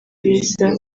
ibiza